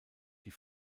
die